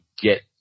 get